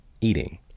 eating